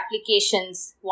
applications